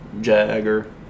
Jagger